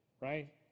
right